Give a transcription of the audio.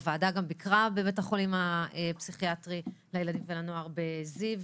הוועדה גם ביקרה בבית החולים הפסיכיאטרי לילדים ולנוער בזיו,